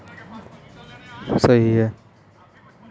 मैं बैंगनी यामी को बैंगनी रतालू के नाम से जानता हूं